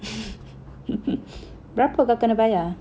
berapa kau kena bayar